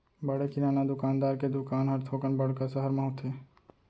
बड़े किराना दुकानदार के दुकान हर थोकन बड़का सहर म होथे